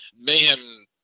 mayhem